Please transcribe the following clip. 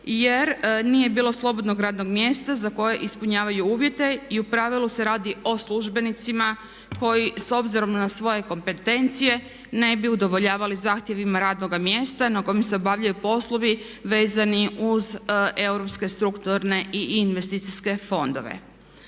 jer nije bilo slobodnog radnog mjesta za koje ispunjavaju uvjete i u pravilu se radi o službenicima koji s obzirom na svoje kompetencije ne bi udovoljavali zahtjevima radnoga mjesta na kojem se obavljaju poslovi vezani uz europske strukturne i investicijske fondove.